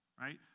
right